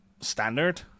standard